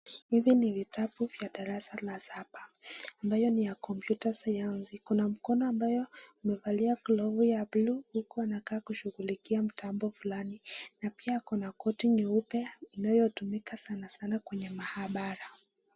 Hivi ni vitabu vya darasa la saba ambayo ni ya (cs) computer (cs) sayansi ,kuna mkono ambayo imevalia glovu ya bluu huku anakaa kushughulikia mtambo fulani na pia ako na koti nyeupe inayotumika sana sana kwenye mahabara.